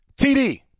TD